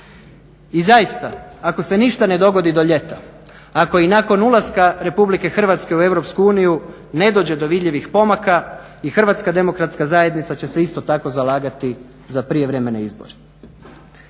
I zaista ako se ništa ne dogodi do ljeta ako i nakon ulaska RH u EU ne dođe do vidljivih pomaka HDZ će se isto tako zalagati za prijevremene izbore.